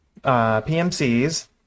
PMCs